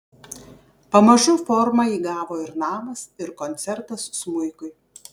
pamažu formą įgavo ir namas ir koncertas smuikui